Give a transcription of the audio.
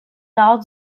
nord